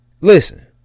Listen